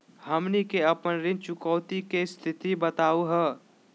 हमनी के अपन ऋण चुकौती के स्थिति बताहु हो?